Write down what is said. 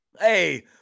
Hey